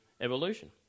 evolution